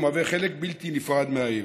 ומהווה חלק בלתי נפרד מהעיר.